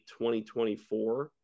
2024